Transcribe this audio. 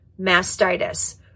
Mastitis